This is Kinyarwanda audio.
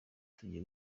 tugiye